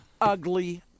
ugly